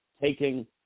taking